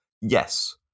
Yes